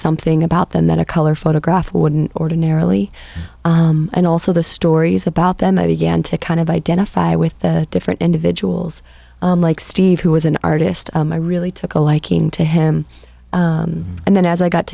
something about them that a color photograph wouldn't ordinarily and also the stories about them i began to kind of identify with the different individuals like steve who was an artist and i really took a liking to him and then as i got